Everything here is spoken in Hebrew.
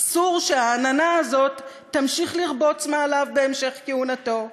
אסור שהעננה הזאת תמשיך לרבוץ מעליו בהמשך כהונתו.